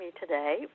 today